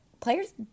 Players